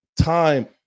time